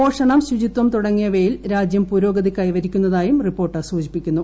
പോഷണം ശുചിത്വം തുടങ്ങിയവയിൽ രാജ്യം പുരോഗതി കൈവരിക്കുന്നതായും റിപ്പോർട്ട് സൂചിപ്പിക്കുന്നു